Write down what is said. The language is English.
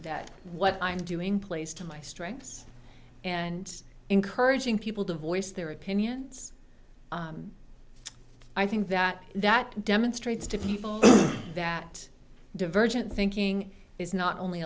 that what i'm doing plays to my strengths and encouraging people to voice their opinions i think that that demonstrates to people that divergent thinking is not only